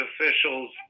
officials